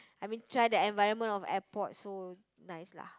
I mean try the environment of airport so nice lah